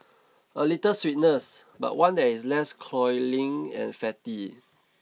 a little sweetness but one that is less cloying and fatty